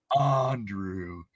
Andrew